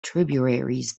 tributaries